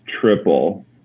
triple